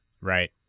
right